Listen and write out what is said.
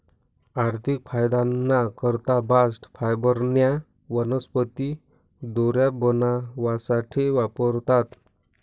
आर्थिक फायदाना करता बास्ट फायबरन्या वनस्पती दोऱ्या बनावासाठे वापरतास